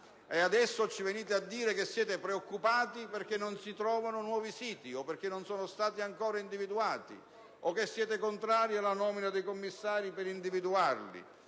però, ci venite a dire che siete preoccupati perché non si trovano nuovi siti o perché non sono stati ancora individuati, o che siete contrari alla nomina dei commissari per individuarli.